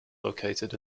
located